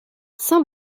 saint